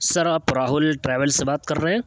سر آپ راہل ٹریولس سے بات کر رہے ہیں